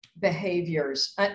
behaviors